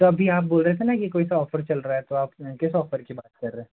तो अभी आप बोल रहे थे ना कि कोई सा औफर चल रहा है तो आप किस औफर की बात कर रहे